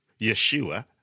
Yeshua